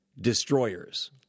destroyers